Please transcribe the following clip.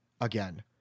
again